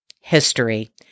History